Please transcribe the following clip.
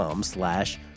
slash